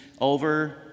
over